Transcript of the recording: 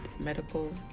medical